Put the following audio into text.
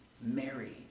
Mary